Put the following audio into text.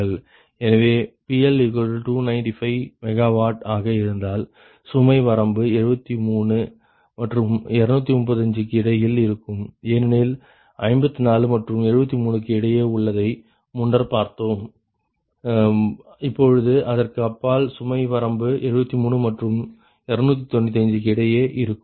எனவே PL295 MW ஆக இருந்தால் சுமை வரம்பு 73 மற்றும் 295 க்கு இடையில் இருக்கும் ஏனெனில் 54 மற்றும் 73 க்கு இடையே உள்ளதை முன்னர் பார்த்தோம் இப்பொழுது அதற்கு அப்பால் சுமை வரம்பு 73 மற்றும் 295 க்கு இடையே இருக்கும்